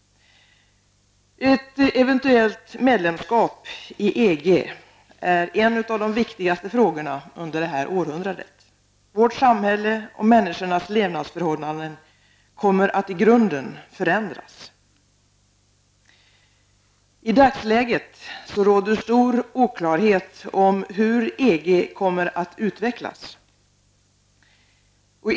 Ett eventuellt svenskt medlemskap i EG är en av de viktigaste frågorna under detta århundrade. Vårt samhälle och människornas levnadsförhållanden kommer att i grunden förändras. I dagsläget råder stor oklarhet om hur EG kommer att utvecklas.